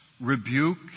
rebuke